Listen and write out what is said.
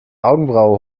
augenbraue